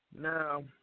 Now